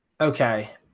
okay